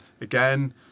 again